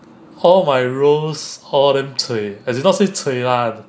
all my roles all damn cui as it not say cui lah